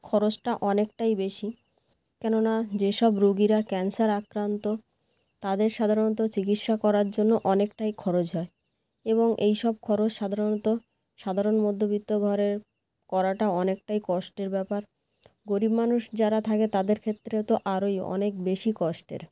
খরচটা অনেকটাই বেশি কেননা যে সব রুগীরা ক্যান্সার আক্রান্ত তাদের সাধারণত চিকিৎসা করার জন্য অনেকটাই খরচ হয় এবং এই সব খরচ সাধারণত সাধারণ মধ্যবিত্ত ঘরে করাটা অনেকটাই কষ্টের ব্যাপার গরিব মানুষ যারা থাকে তাদের ক্ষেত্রে তো আরোই অনেক বেশি কষ্টের